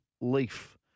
leaf